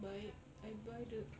but I I buy the